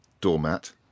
doormat